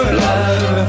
love